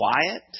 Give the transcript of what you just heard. quiet